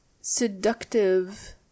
seductive